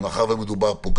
שמאחר שמדובר כאן